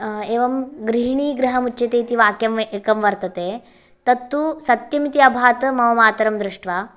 एवं गृहिणी गृहमुच्यते इति वाक्यम् एकमुच्यते तत्तु सत्यमिति अभात् मम मातरं दृष्ट्वा